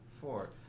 Four